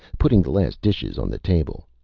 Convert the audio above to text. putting the last dishes on the table.